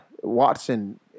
Watson